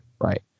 right